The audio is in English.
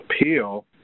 appeal